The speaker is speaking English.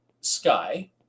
sky